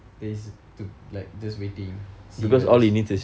there is to like just waiting see whether she